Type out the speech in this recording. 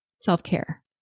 self-care